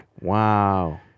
Wow